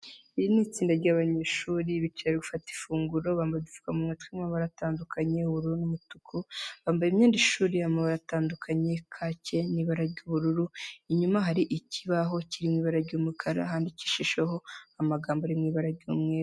Iri ni itsinda ry'abanyeshuri bicaye bari gufata ifunguro, bambaye udupfukamunwa tw'amabara atandukanye ubururu n'umutuku, bambaye imyenda y'ishuri y'amabara atandukanye kake, n'ibara ry'ubururu, inyuma hari ikibaho kiri mu ibara ry'umukara handikishijeho amagambo ari mu ibara ry'umweru.